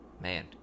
Man